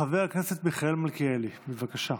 חבר הכנסת מיכאל מלכיאלי, בבקשה.